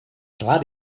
glad